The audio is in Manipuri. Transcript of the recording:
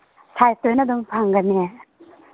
ꯁꯥꯏꯖ ꯂꯣꯏꯅ ꯐꯪꯒꯅꯤꯌꯦ